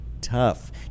tough